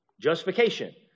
Justification